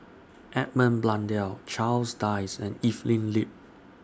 Edmund Blundell Charles Dyce and Evelyn Lip